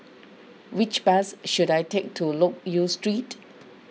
which bus should I take to Loke Yew Street